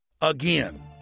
again